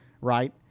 right